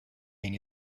lying